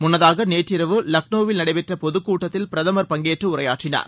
முன்னதாக நேற்றிரவு லக்னோவில் நடைபெற்ற பொது கூட்டத்தில் பிரதமர் பங்கேற்று உரையாற்றினார்